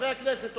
חברי הכנסת,